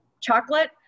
chocolate